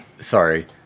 sorry